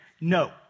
No